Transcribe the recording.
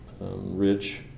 Rich